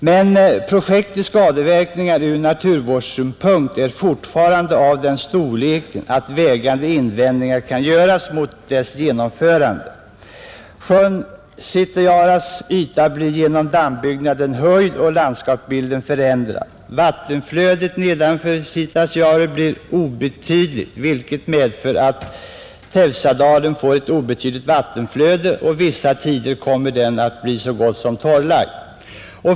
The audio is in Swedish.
Men projektets skadeverkningar ur naturvårdssynpunkt är fortfarande av den storleken att vägande invändningar kan göras mot dess genomförande. Sjön Sitasjaures yta blir genom dammbyggnaden höjd och landskapsbilden förändrad, Vattenflödet nedanför Sitasjaure blir obetydligt, vilket medför att Teusadalen får ett obetydligt vattenflöde och vissa tider kommer att bli så gott som torrlagd.